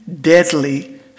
deadly